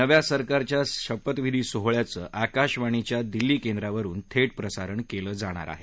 नव्या सरकारच्या शपथविधी सोहळ्याचं आकाशवाणीच्या दिल्ली केंद्रावरून थेट प्रसारण केलं जाणार आहे